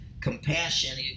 compassion